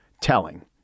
telling